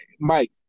Mike